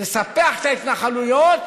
נספח את ההתנחלויות